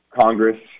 Congress